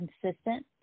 consistent